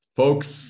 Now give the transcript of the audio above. folks